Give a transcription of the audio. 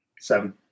Seven